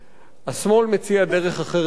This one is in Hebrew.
השמאל מציע דרך אחרת ליוון.